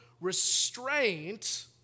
restraint